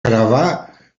gravar